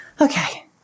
okay